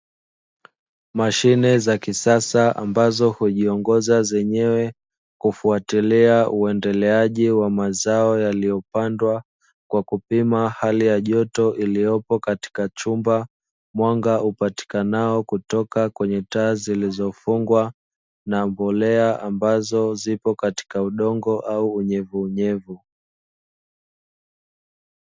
Mashine za kisasa ambazo hujiongoza zenyewe kufuatilia uendeleaji wa mazao yaliyopandwa kwa kupima hali ya joto iliyopo katika chumba, mwanga upatikanao kutoka kwenye taa zilizofungwa na mbolea ambazo zipo katika udongo au unyevunyevu.